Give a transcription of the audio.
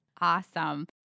Awesome